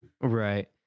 Right